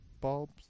bulbs